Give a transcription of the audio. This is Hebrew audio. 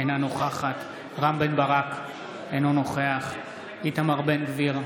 אינה נוכחת רם בן ברק, אינו נוכח איתמר בן גביר,